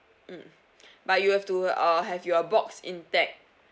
mm but you have to uh have your box intact